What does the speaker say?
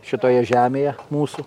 šitoje žemėje mūsų